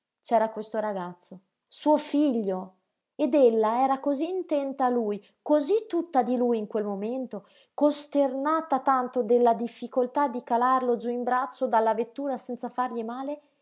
c'era questo ragazzo suo figlio ed ella era cosí intenta a lui cosí tutta di lui in quel momento costernata tanto della difficoltà di calarlo giú in braccio dalla vettura senza fargli male